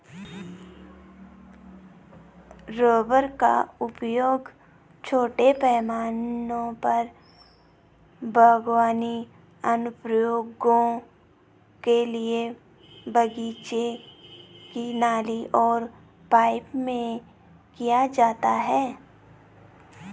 rubber का उपयोग छोटे पैमाने पर बागवानी अनुप्रयोगों के लिए बगीचे की नली और पाइप में किया जाता है